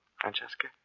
Francesca